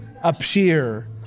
appear